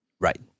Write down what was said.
Right